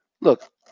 Look